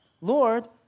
Lord